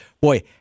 boy